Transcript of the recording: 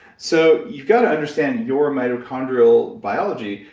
so you've got to understand your mitochondrial biology,